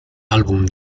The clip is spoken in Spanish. álbum